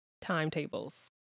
timetables